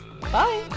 bye